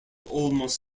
almost